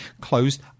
closed